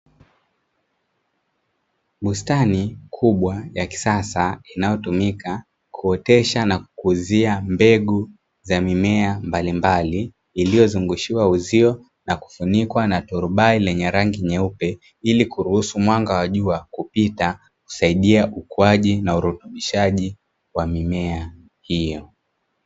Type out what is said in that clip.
Bustani kubwa ya kisasa, inayotumika kuotesha na kukuzia mbegu za mimea mbalimbali, iliyozungushiwa uzio na kufunikwa na turubai lenye rangi nyeupe ili kuruhusu mwanga wa jua kupita, kusaidia ukuaji na urutubishaji wa mimea hiyo.